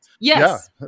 Yes